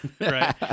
right